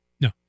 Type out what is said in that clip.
No